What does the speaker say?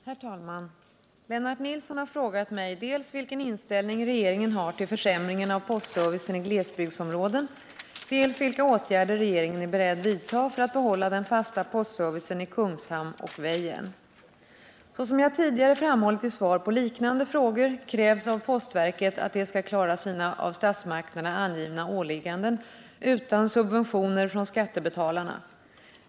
Herr talman! Lennart Nilsson har frågat mig dels vilken inställning regeringen har till försämringen av postservicen i glesbygdsområden, dels vilka åtgärder regeringen är beredd vidta för att behålla den fasta postservicen i Kungshamn och Väjern. Såsom jag tidigare framhållit i svar på liknande frågor krävs av postverket att det skall klara sina av statsmakterna angivna åligganden utan subventioner från skattebetalarna.